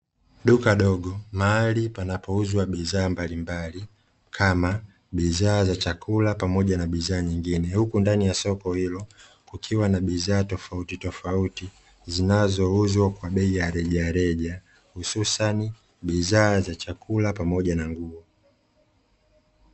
Duka dogo mahali panapouzwa bidhaa mbalimbali kama bidhaa za chakula pamoja na bidhaa nyingine, huku ndani la soko hilo kukiwa na bidhaa tofautitofauti, zinazouzwa kwa bei ya rejareja hususani bidhaa za chakula pamoja na nguo.